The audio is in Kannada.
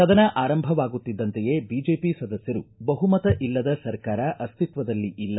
ಸದನ ಆರಂಭವಾಗುತ್ತಿದ್ದಂತೆಯೇ ಬಿಜೆಪಿ ಸದಸ್ಯರು ಬಹುಮತ ಇಲ್ಲದ ಸರ್ಕಾರ ಅಸ್ತಿತ್ವದಲ್ಲಿ ಇಲ್ಲ